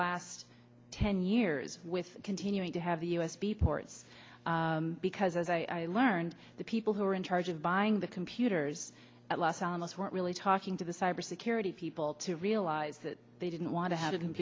last ten years with continuing to have the u s b ports because as i learned the people who were in charge of buying the computers at los alamos weren't really talking to the cyber security people to realize that they didn't want to h